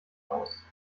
aus